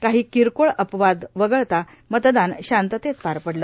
काही किरकोळ अपवाद वगळता मतदान शांततेत पार पडले